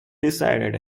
decided